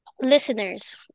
listeners